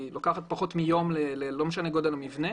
לוקחת פחות מיום לא משנה מה גודל המבנה